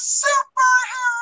superhero